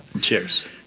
Cheers